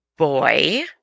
boy